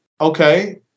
okay